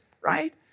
right